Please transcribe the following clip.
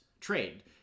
trade